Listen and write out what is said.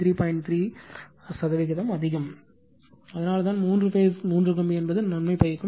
3 சதவீதம் அதிகம் அதனால்தான் மூன்று பேஸ் மூன்று கம்பி என்பது நன்மை பயக்கும்